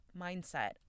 mindset